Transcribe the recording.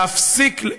להפסיק,